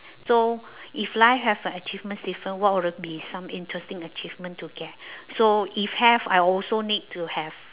so if life have an achievement system what would uh be some interesting achievement to get so if have I will also need to have